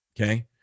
okay